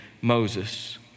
Moses